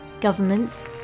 governments